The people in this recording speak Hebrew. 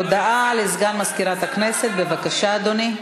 הודעה לסגן מזכירת הכנסת, בבקשה, אדוני.